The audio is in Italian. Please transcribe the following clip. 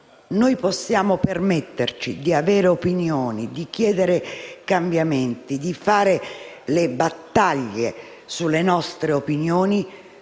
infatti permetterci di avere opinioni, di chiedere cambiamenti, di condurre battaglie per le nostre opinioni,